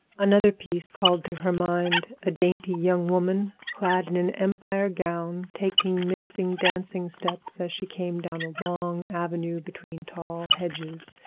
another piece called to her mind a dainty young woman clad in an empire gown, taking mincing dancing steps as she came down a long avenue between tall hedges.